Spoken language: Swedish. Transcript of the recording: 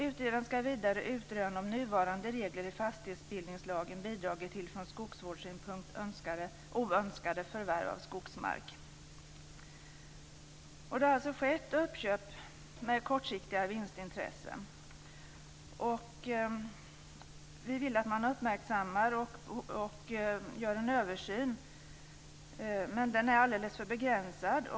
Utredaren ska vidare utröna om nuvarande regler i fastighetsbildningslagen bidragit till från skogsvårdssynpunkt oönskade förvärv av skogsmark. Det har skett uppköp med kortsiktiga vinstintressen. Vi vill att man uppmärksammar detta och gör en översyn. Den översyn som nu görs är alldeles för begränsad.